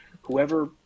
whoever